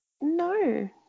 No